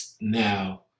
now